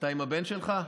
אתה עם הבן שלך?